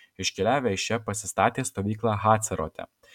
iškeliavę iš čia pasistatė stovyklą hacerote